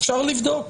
אפשר לבדוק.